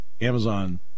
Amazon